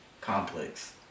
Complex